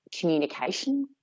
communication